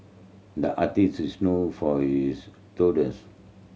the artist is known for his doodles